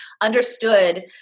understood